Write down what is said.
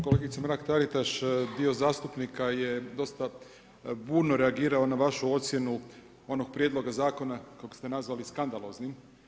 Kolegice Mrak Taritaš, dio zastupnika je dosta burno reagirao na vašu ocjenu onog prijedloga zakona kako ste nazvali skandaloznim.